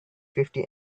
fifty